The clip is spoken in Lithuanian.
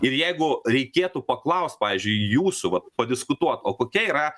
ir jeigu reikėtų paklaust pavyzdžiui jūsų vat padiskutuot o kokia yra